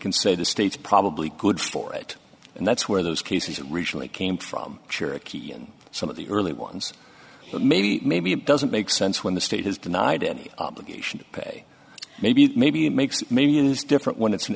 can say the state's probably good for it and that's where those cases originally came from cherokee and some of the early ones that maybe maybe it doesn't make sense when the state has denied any obligation to pay maybe that maybe makes millions different when it's an